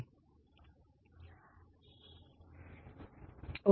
19